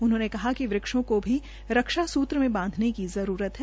उन्होंने कहा कि वृक्षों को भी रक्षा सूत्र में बांधने की जरूरत है